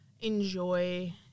enjoy